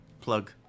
plug